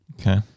Okay